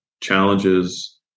challenges